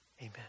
Amen